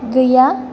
गैया